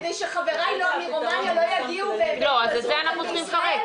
לא, אני לא מוכן לאנטישמיות פה ארץ.